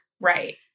Right